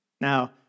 Now